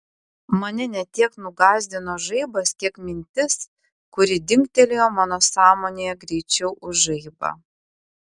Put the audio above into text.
mane ne tiek nugąsdino žaibas kiek mintis kuri dingtelėjo mano sąmonėje greičiau už žaibą